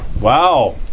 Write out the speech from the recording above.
Wow